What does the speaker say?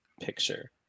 picture